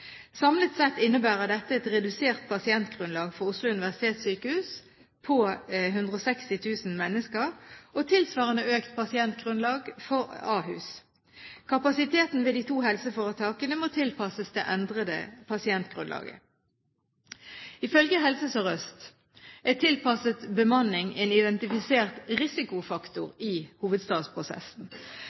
Samlet sett innebærer dette et redusert pasientgrunnlag for Oslo universitetssykehus på 160 000 mennesker og tilsvarende økt pasientgrunnlag for Ahus. Kapasiteten ved de to helseforetakene må tilpasses det endrede pasientgrunnlaget. Ifølge Helse Sør-Øst er tilpasset bemanning en identifisert risikofaktor i hovedstadsprosessen.